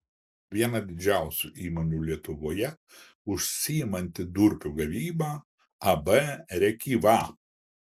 viena didžiausių įmonių lietuvoje užsiimanti durpių gavyba ab rėkyva